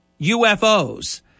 UFOs